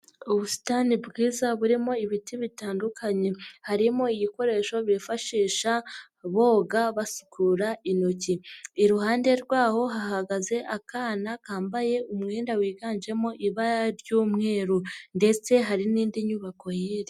Ubusitani bwiza burimo ibiti bitandukanye, harimo ibikoresho bifashisha boga basukura intoki, iruhande rwaho hahagaze akana kambaye umwenda wiganjemo ibara ry'umweru ndetse hari n'indi nyubako hirya.